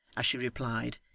as she replied,